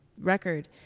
record